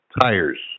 tires